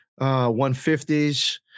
150s